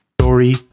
Story